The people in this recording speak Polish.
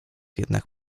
jednak